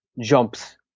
jumps